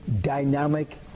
dynamic